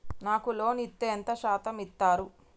నాకు లోన్ ఇత్తే ఎంత శాతం ఇత్తరు?